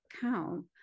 count